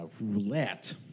roulette